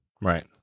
Right